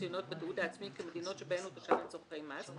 המצוינות בתיעוד העצמי כמדינות שבהן הוא תושב לצרכי מס,